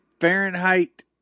Fahrenheit